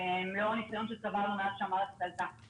לאור הניסיון שצברנו מאז שהמערכת עלתה.